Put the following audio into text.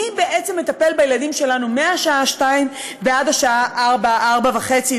מי בעצם מטפל בילדים שלנו מהשעה 14:00 ועד 16:00 16:30,